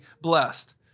blessed